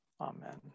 Amen